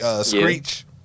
screech